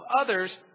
others